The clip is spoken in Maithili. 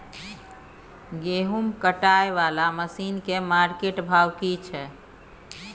गेहूं कटाई वाला मसीन के मार्केट भाव की छै?